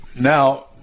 now